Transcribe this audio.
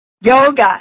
Yoga